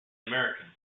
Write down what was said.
americans